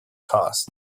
cost